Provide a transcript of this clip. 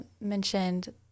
mentioned